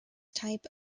type